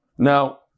Now